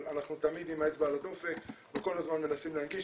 אבל אנחנו תמיד עם האצבע על הדופק וכל הזמן מנסים להנגיש.